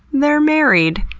they're married.